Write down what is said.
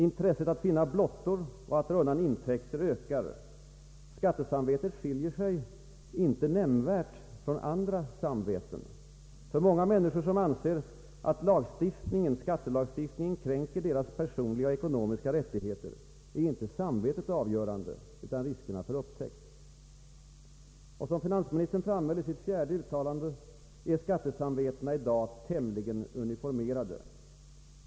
Intresset att finna blottor och dra undan intäkter ökar. Skattesamvetet skiljer sig inte nämnvärt från andra samveten. För många människor som anser att lagstiftningen kränker deras personliga och ekonomiska rättigheter, är inte samvetet avgörande utan riskerna för upptäckt. Och som finansministern framhöll i sitt fjärde uttalande är skattesamvetena i dag ”tämligen uniformerade”.